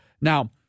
Now